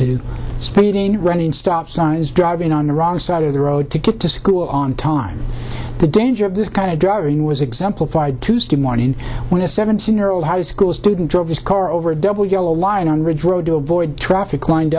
do speeding running stop signs driving on the wrong side of the road to get to school on time the danger of this kind of driving was exemplified tuesday morning when a seventeen year old high school student drove his car over a double yellow line on ridge road to avoid traffic lined